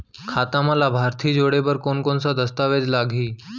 खाता म लाभार्थी जोड़े बर कोन कोन स दस्तावेज लागही?